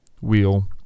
wheel